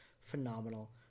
phenomenal